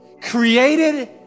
created